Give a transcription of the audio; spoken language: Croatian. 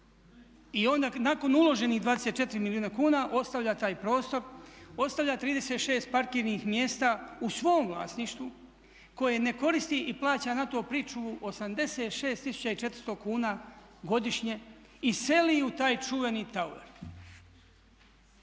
i onda nakon uloženih 24 milijuna kuna ostavlja taj prostor, ostavlja 36 parkirnih mjesta u svom vlasništvu koje ne koristi i plaća na to pričuvu 86400 kuna godišnje i seli u taj čuveni tower.